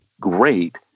great